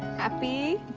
happy